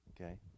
Okay